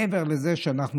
מעבר לזה שאנחנו,